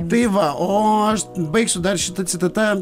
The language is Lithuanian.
tai va o aš baigsiu dar šitą citata